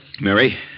Mary